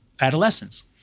adolescence